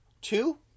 two